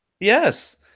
Yes